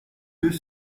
deux